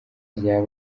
rya